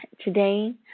today